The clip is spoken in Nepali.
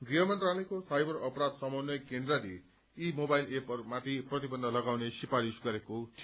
गृह मन्त्रालयको साइबर अपराष समन्वय केन्द्रले यी मोबाइल एपहरूमाथि प्रतिबन्ध लगाउने सिफ्ररिश गरेको छ